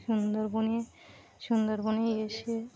সুন্দরবনে সুন্দরবনে এসে